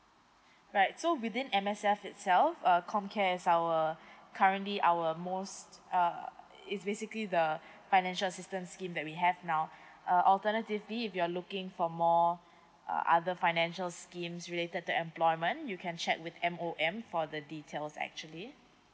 right so within M_S_F itself err com care is our currently our most uh it's basically the financial assistance scheme that we have now uh alternatively if you're looking for more uh other financial schemes related to employment you can check with M_O_M for the details actually